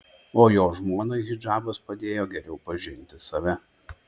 o jo žmonai hidžabas padėjo geriau pažinti save